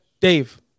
Dave